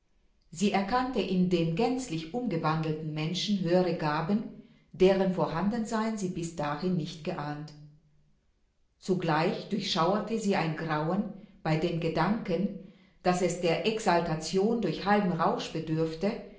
sie erkannte in dem gänzlich umgewandelten menschen höhere gaben deren vorhandensein sie bis dahin nicht geahnt zugleich durchschauerte sie ein grauen bei dem gedanken daß es der exaltation durch halben rausch bedürfte